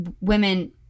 women